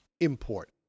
import